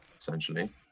essentially